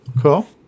cool